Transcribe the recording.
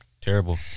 Terrible